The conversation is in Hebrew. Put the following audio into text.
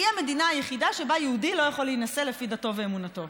היא המדינה היחידה שבה יהודי לא יכול להינשא לפי דתו ואמונתו,